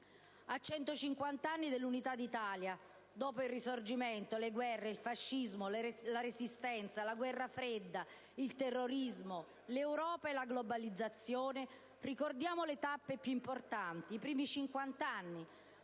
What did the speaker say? A 150 anni dall'Unità d'Italia, dopo il Risorgimento, le guerre, il fascismo, la Resistenza, la Guerra fredda, il terrorismo, l'Europa e la globalizzazione, ricordiamo le tappe più importanti: i primi 50 anni,